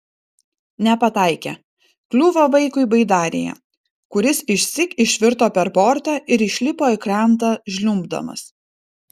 nepataikė kliuvo vaikui baidarėje kuris išsyk išvirto per bortą ir išlipo į krantą žliumbdamas